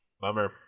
Bummer